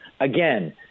again